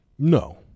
No